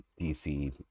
DC